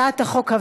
הצעת החוק עברה,